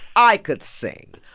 i could sing.